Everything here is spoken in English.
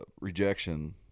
rejection